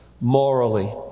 morally